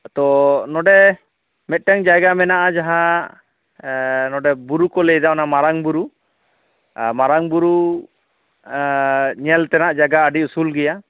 ᱛᱚ ᱱᱚᱰᱮ ᱢᱤᱫᱴᱮᱱ ᱡᱟᱭᱜᱟ ᱢᱮᱱᱟᱜᱼᱟ ᱡᱟᱦᱟᱸ ᱵᱩᱨᱩ ᱠᱚ ᱞᱟᱹᱭᱮᱫᱟ ᱚᱱᱟ ᱢᱟᱨᱟᱝ ᱵᱩᱨᱩ ᱢᱟᱨᱟᱝ ᱵᱩᱨᱩ ᱧᱮᱞ ᱛᱮᱱᱟᱜ ᱡᱟᱭᱜᱟ ᱟᱹᱰᱤ ᱩᱥᱩᱞ ᱜᱮᱭᱟ